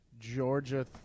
Georgia